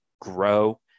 grow